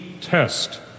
test